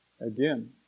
Again